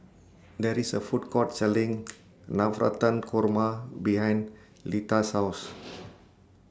There IS A Food Court Selling Navratan Korma behind Leta's House